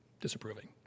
disapproving